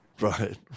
Right